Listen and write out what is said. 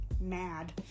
mad